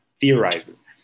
theorizes